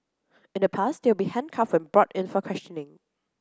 in the past they would be handcuffed when brought in for questioning